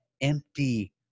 empty